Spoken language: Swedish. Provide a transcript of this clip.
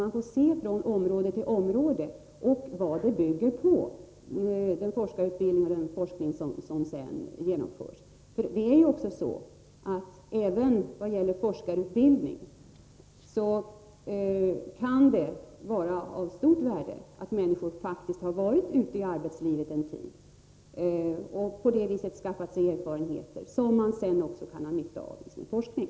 Man får från område till område studera vad den forskning som sedan genomförs bygger på. Även i vad gäller forskarutbildning kan det vara av stort värde att människor har varit ute i arbetslivet en tid och på det viset skaffat sig erfarenheter, som de sedan kan ha nytta av i sin forskning.